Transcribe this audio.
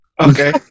Okay